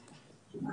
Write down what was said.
הגיהות.